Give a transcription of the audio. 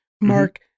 Mark